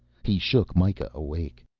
he shook mikah awake.